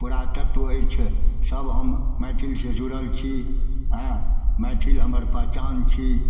पुरातत्व अछि सब हम मैथिलीसँ जुड़ल छी हँ मैथिली हमर पहिचान छी